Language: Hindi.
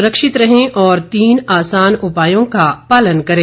सुरक्षित रहें और तीन आसान उपायों का पालन करें